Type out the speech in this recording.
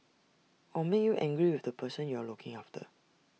or make you angry with the person you're looking after